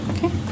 Okay